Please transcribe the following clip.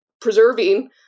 preserving